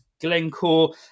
Glencore